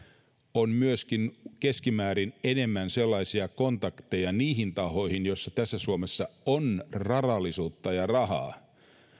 on keskimäärin myöskin enemmän kontakteja niihin tahoihin joilla suomessa on varallisuutta ja rahaa